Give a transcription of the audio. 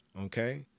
Okay